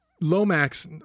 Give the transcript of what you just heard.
lomax